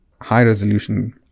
high-resolution